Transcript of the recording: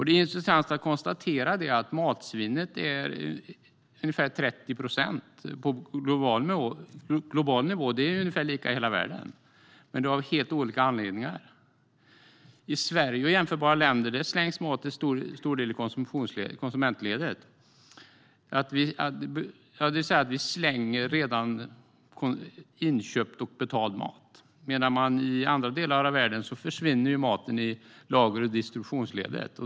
Det är intressant att konstatera att matsvinnet är ungefär 30 procent på global nivå. Det är ungefär lika i hela världen, men av helt olika anledningar. I Sverige och jämförbara länder slängs mat till stor del i konsumentledet, det vill säga vi slänger redan inköpt och betald mat. I andra delar av världen försvinner maten i lager och distributionsledet.